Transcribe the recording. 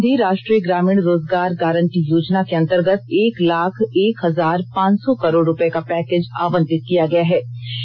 महात्मा गांधी राष्ट्रीय ग्रामीण रोजगार गारंटी योजना के अंतर्गत एक लाख एक हजार पांच सौ करोड़ रूपये का पैकेज आबंटित किया गया है